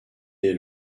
est